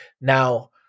Now